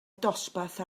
dosbarth